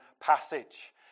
passage